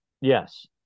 Yes